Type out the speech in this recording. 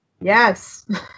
yes